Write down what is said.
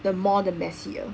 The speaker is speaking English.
the more the messier